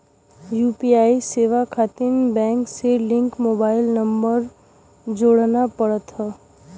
UPI सेवा खातिर bank से लिंक मोबाइल नंबर जोड़ना पड़ला